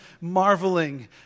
marveling